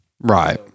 Right